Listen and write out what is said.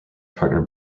partner